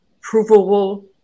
provable